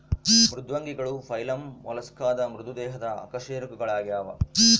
ಮೃದ್ವಂಗಿಗಳು ಫೈಲಮ್ ಮೊಲಸ್ಕಾದ ಮೃದು ದೇಹದ ಅಕಶೇರುಕಗಳಾಗ್ಯವ